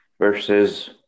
Versus